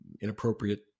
inappropriate